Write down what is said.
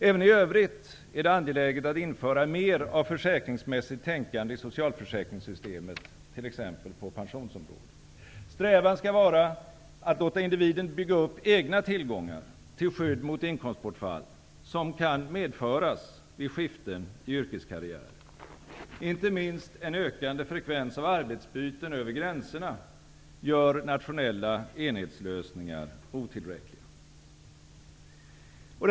Även i övrigt är det angeläget att införa mera av försäkringsmässigt tänkande i socialförsäkringssystemet, t.ex. på pensionsområdet. Strävan skall vara att låta individen bygga upp egna tillgångar till skydd mot inkomstbortfall, som kan medföras vid skiften i yrkeskarriären. Inte minst en ökande frekvens av arbetsbyten över gränserna gör nationella enhetslösningar otillräckliga.